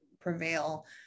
prevail